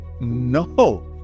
no